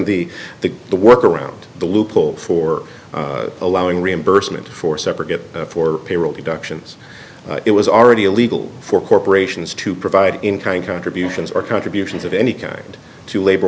the the the work around the loophole for allowing reimbursement for separate for payroll deductions it was already illegal for corporations to provide in kind contributions or contributions of any kind to labor